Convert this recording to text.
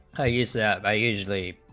i use that i usually